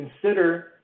consider